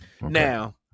Now